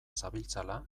zabiltzala